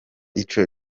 ico